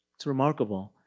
it's remarkable,